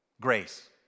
Grace